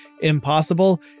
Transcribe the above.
impossible